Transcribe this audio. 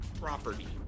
property